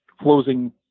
closing